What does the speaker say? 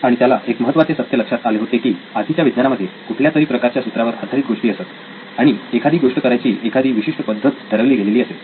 आणि त्याला एक महत्त्वाचे सत्य लक्षात आले होते की आधीच्या विज्ञानामध्ये कुठल्यातरी प्रकारच्या सूत्रावर आधारित गोष्टी असत आणि एखादी गोष्ट करण्याची एखादी विशिष्ट पद्धत ठरवली गेलेली असे